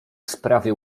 sprawie